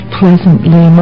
pleasantly